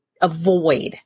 avoid